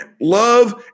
Love